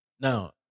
Now